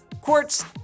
quartz